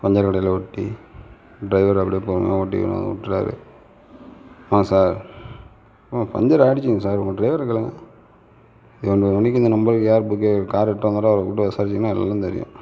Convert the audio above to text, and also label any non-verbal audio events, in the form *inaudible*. puncture கடையில் ஒட்டி driver அப்படியே பொறுமையாக ஓட்டி கொண்டு வந்து விட்டுட்டாரு ஆமாம் சார் பஞ்சர் ஆகிடுச்சிங்க சார் உங்கள் டிரைவரை கேளுங்க *unintelligible* மணிக்கு இந்த நம்பருக்கு யார் புக்கிங் கார் எடுத்தோங்கிறத அவரை கூப்பிட்டு விசாரிச்சீங்கன்னா எல்லாம் தெரியும்